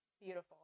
beautiful